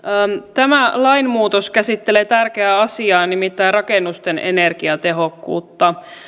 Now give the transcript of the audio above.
tämä lainmuutos käsittelee tärkeää asiaa nimittäin rakennusten energiatehokkuutta